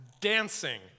dancing